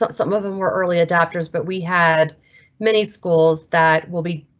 some of them were early adopters, but we had many schools that will be